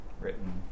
written